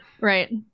Right